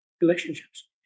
relationships